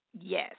yes